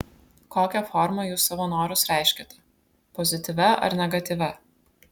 kokia forma jūs savo norus reiškiate pozityvia ar negatyvia